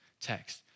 text